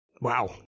Wow